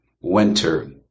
winter